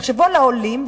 תחשבו על העולים,